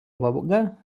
vaga